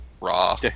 Raw